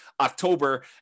October